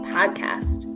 Podcast